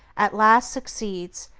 at last succeeds,